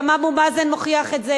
גם אבו מאזן מוכיח את זה,